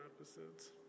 episodes